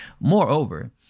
Moreover